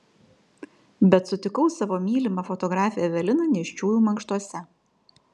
bet sutikau savo mylimą fotografę eveliną nėščiųjų mankštose